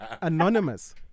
Anonymous